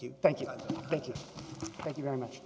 you thank you thank you thank you very much